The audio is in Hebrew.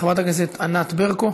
חברת הכנסת ענת ברקו,